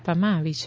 આપવામાં આવી છે